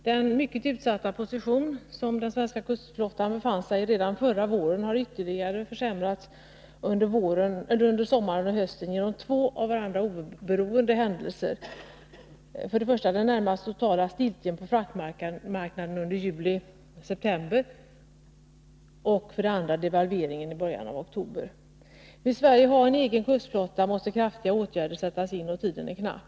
Den mycket utsatta position som den svenska kustflottan befann sig i redan förra våren har ytterligare försämrats under sommaren och hösten på grund av två av varandra oberoende händelser: den närmast totala stiltjen på fraktmarknaden under juli-september och devalveringen i början av oktober. Vill Sverige ha en egen kustflotta måste kraftfulla åtgärder sättas in — och tiden är knapp.